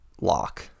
lock